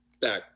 back